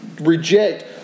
reject